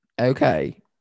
Okay